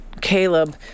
Caleb